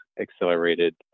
accelerated